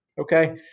okay